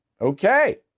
Okay